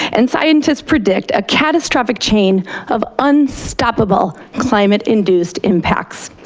and scientist predict a catastrophic chain of unstoppable climate induced impacts.